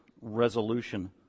resolution